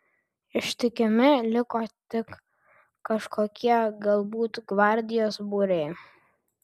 ištikimi liko tik kažkokie galbūt gvardijos būriai